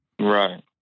Right